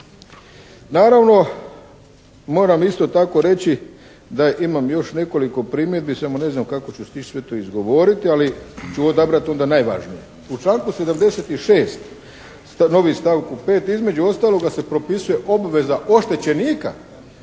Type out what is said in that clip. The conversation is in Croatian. Naravno moram isto tako reći da imam još nekoliko primjedbi samo ne znam kako ću stići sve to izgovoriti, ali ću odabrati onda najvažnije. U članku 76. stavku 5. između ostaloga se propisuje obveza oštećenika